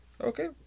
okay